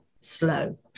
slow